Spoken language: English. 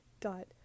dot